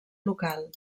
local